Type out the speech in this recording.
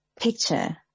picture